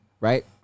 right